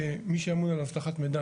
שמי שאמון על אבטחת מידע,